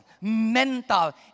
mental